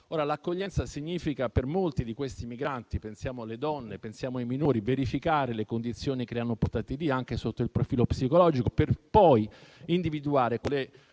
L'accoglienza significa, per molti di questi migranti - pensiamo alle donne e ai minori - verificare le condizioni che li hanno portati lì, anche sotto il profilo psicologico, per poi individuare lo